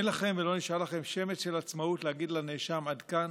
אין לכם ולא נשאר לכם שמץ של עצמאות להגיד לנאשם: עד כאן?